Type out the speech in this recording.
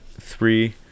three